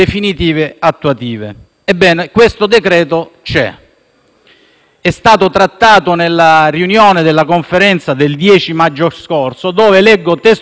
È stato trattato nella riunione della Conferenza del 10 maggio scorso, dove il presidente Bonaccini, in nome delle Regioni,